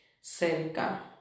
cerca